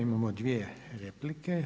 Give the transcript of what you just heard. Imamo dvije replike.